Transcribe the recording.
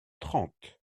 trente